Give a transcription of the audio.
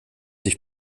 sich